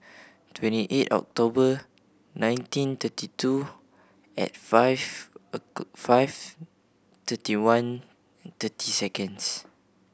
twenty eight October nineteen thirty two at five five thirty one thirty seconds